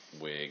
wig